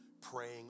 praying